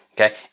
okay